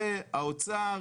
זה האוצר,